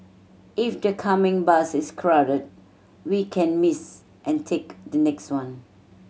if the coming bus is crowded we can miss and take the next one